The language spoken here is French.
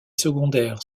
secondaires